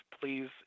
Please